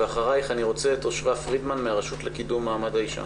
ואחרייך אני רוצה את אושרה פרידמן מהרשות לקידום מעמד האישה.